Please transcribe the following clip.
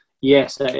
yes